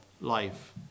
life